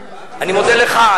אני מודה לך על כך.